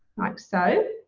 like so.